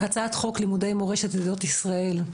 הצעת חוק לימודי מורשת לעדות ישראל,